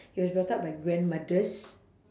he was brought up by grandmothers